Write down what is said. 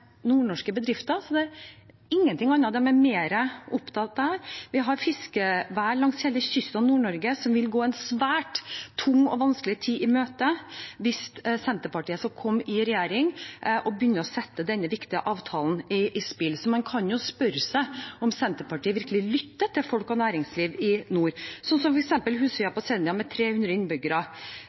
nordnorske bedrifter, er det ingenting annet de er mer opptatt av. Vi har fiskevær langs hele kysten av Nord-Norge som vil gå en svært tung og vanskelig tid i møte hvis Senterpartiet skulle komme i regjering og begynne å sette denne viktige avtalen i spill. Man kan jo spørre seg om Senterpartiet virkelig lytter til folk og næringsliv i nord, sånn som f.eks. på Husøy på Senja med 300 innbyggere,